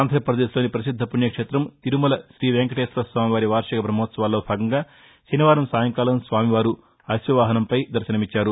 ఆంధ్రప్రదేశ్లోని ప్రసిద్ద పుణ్య క్షేతం తిరుమల తీ వేంకటేశ్వరస్వామి వార్షిక బహ్మోత్సవాల్లో భాగంగా శనివారం సాయంకాలం స్వామివారు అశ్వవాహనంపై దర్శనమిచ్చారు